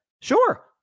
Sure